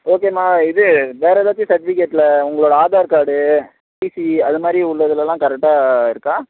ஓகேமா இது வேற ஏதாச்சி சர்ட்விகேட்டில உங்களோடய ஆதார் கார்டு டிசி அதுமாதிரி உள்ள இதிலலாம் கரெக்ட்டாக இருக்கா